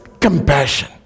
compassion